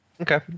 Okay